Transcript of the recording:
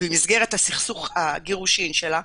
במסגרת סכסוך הגירושין שלה,